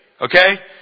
Okay